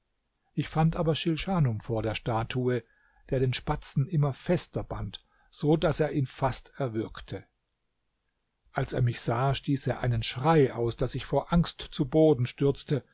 ich fand aber schilschanum vor der statue der den spatzen immer fester band so daß er ihn fast erwürgte als er mich sah stieß er einen schrei aus daß ich vor angst zu boden stürzte